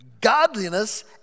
godliness